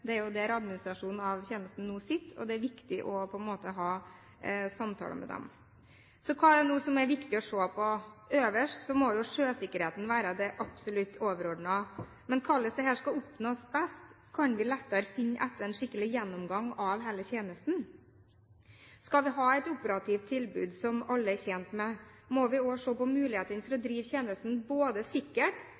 viktig å ha samtaler med dem. Hva er det så som er viktig å se på? Sjøsikkerheten må være det absolutt overordnede. Hvordan dette skal oppnås best, kan vi lettere finne ut etter en skikkelig gjennomgang av hele tjenesten. Skal vi ha et operativt tilbud som alle er tjent med, må vi også se på mulighetene for å drive tjenesten både sikkert,